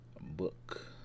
book